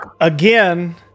Again